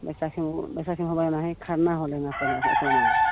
बैसाखी बैसाखीमे होबऽ हइ खरना होलै पहिले ओकरोमे